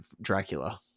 Dracula